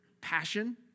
passion